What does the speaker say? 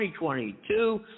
2022